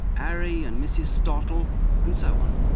ari and mrs stotle and so on.